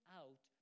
out